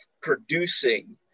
producing